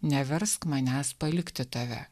neversk manęs palikti tave